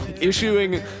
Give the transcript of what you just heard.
issuing